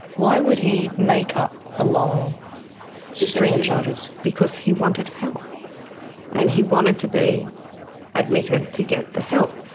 why would he make up a long string of charges? because he wanted help and he wanted to be admitted to get the help.